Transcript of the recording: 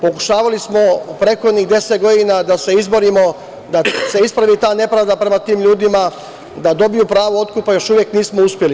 Pokušavali smo prethodnih deset godina da se izborimo da se ispravi nepravda prema tim ljudima, da dobiju pravo otkupa i još uvek nismo uspeli.